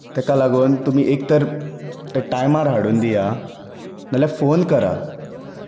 ताका लागून तुमी एकतर ते टायमार हाडून दिया नाल्यार फोन करा